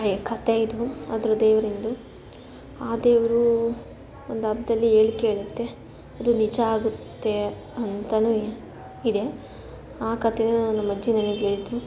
ಕತೆ ಇದು ಅದ್ರ ದೇವ್ರಿನ್ದು ಆ ದೇವರು ಒಂದು ಹಬ್ದಲ್ಲಿ ಹೇಳ್ಕ್ ಹೇಳುತ್ತೆ ಅದು ನಿಜ ಆಗುತ್ತೆ ಅಂತಲೂ ಇದೆ ಆ ಕತೇನೂ ನಮ್ಮ ಅಜ್ಜಿ ನನಗೆ ಹೇಳಿದ್ರು